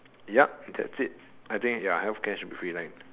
yup that's it I think ya healthcare should be free like